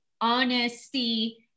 honesty